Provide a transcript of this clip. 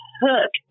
hook